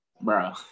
Bro